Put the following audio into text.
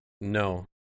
No